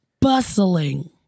bustling